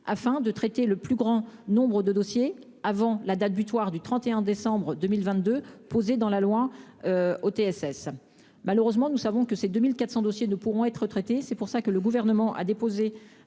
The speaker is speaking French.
afin de traiter le plus grand nombre de dossiers avant la date butoir du 31 décembre 2022 posée dans la loi OTSS. Malheureusement, nous savons que ces 2 400 dossiers ne pourront être traités, raison pour laquelle le Gouvernement a déposé,